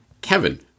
Kevin